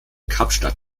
kapstadt